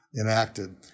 enacted